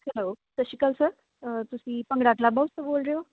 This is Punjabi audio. ਹੈਲੋ ਸਤਿ ਸ਼੍ਰੀ ਅਕਾਲ ਸਰ ਤੁਸੀਂ ਭੰਗੜਾ ਕਲੱਬ ਹਾਊਸ ਤੋਂ ਬੋਲ ਰਹੇ ਹੋ